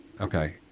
okay